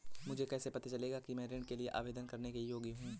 मुझे कैसे पता चलेगा कि मैं ऋण के लिए आवेदन करने के योग्य हूँ?